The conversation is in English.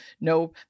no